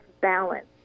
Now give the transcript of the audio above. balance